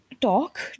talk